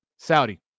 Saudi